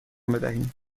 بدهیم